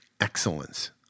excellence